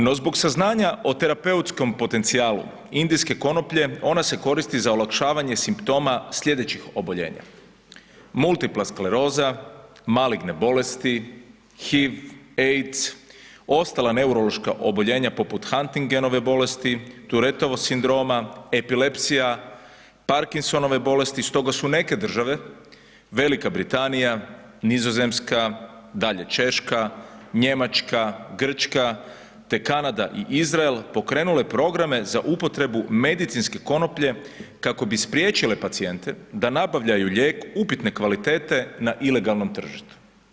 No, zbog saznanja o terapeutskom potencijalu indijske konoplje, ona se koristi za olakšavanje simptoma slijedećih oboljenja, multipla skleroza, maligne bolesti, HIV, AIDS, ostala neurološka oboljenja poput Hantingenove bolesti, Turetovog simptoma, epilepsija, Parkinsonove bolesti, stoga su neke države, Velika Britanija, Nizozemska, dalje Češka, Njemačka, Grčka, te Kanada i Izrael, pokrenule programe za upotrebu medicinske konoplje kako bi spriječile pacijente da nabavljaju lijek upitne kvalitete na ilegalnom tržištu.